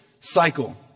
cycle